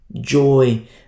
joy